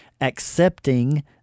accepting